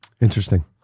Interesting